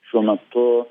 šiuo metu